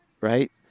Right